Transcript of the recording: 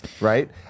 right